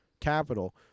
capital